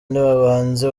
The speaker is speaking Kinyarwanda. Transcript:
nibabanze